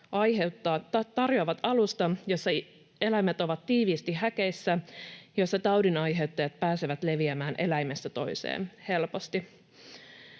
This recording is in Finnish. tarjoavat alustan, jossa eläimet ovat tiiviisti häkeissä, joissa taudinaiheuttajat pääsevät leviämään eläimestä toiseen helposti.